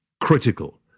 critical